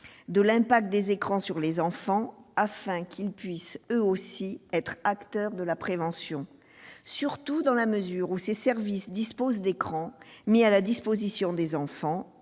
de l'impact des écrans sur les enfants, afin qu'ils puissent eux aussi être acteurs de la prévention, surtout dans la mesure où ces services disposent d'écrans mis à la disposition des enfants,